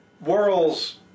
world's